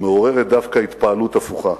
מעוררת דווקא התפעלות הפוכה,